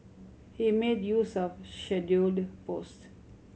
he made use of scheduled post